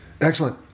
Excellent